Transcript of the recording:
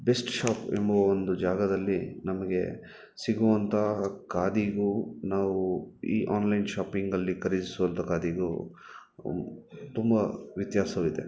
best shop ಎಂಬುವ ಒಂದು ಜಾಗದಲ್ಲಿ ನಮಗೆ ಸಿಗುವಂತಹ ಖಾದಿಗೂ ನಾವು ಈ ಆನ್ಲೈನ್ ಶಾಪಿಂಗಲ್ಲಿ ಖರೀದಿಸುವಂಥ ಖಾದಿಗೂ ತುಂಬ ವ್ಯತ್ಯಾಸವಿದೆ